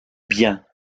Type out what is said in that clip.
bien